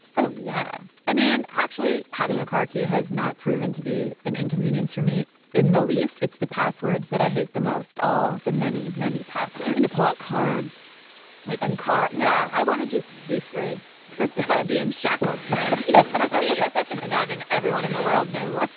oh, yeah. i mean, actually, having a karki has not proven to be an inconvenience for me in the least. it's the passwords that i hate the most, all the many, many passwords to pull up cards like in car. yeah. i want to just be free if i being shackled yeah sort of and having everyone in the world. no,